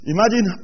Imagine